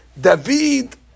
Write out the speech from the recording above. David